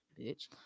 bitch